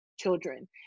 children